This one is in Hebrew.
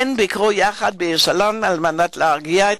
ביקרו יחד בירושלים על מנת להרגיע את